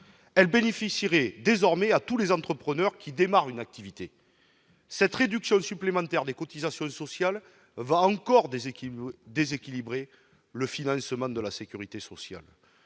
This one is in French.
elles bénéficieraient désormais à tous les entrepreneurs qui commencent une activité. Cette réduction supplémentaire des cotisations sociales va encore déséquilibrer le financement de la sécurité sociale.